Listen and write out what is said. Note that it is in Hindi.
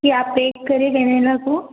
कि आप पैक करें वेनेला को